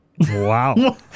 Wow